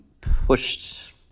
pushed